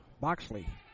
Boxley